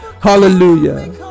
Hallelujah